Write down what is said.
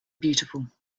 beautiful